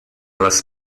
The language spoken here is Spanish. las